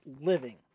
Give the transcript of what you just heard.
living